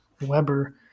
Weber